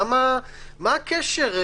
מה הקשר?